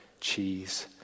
cheese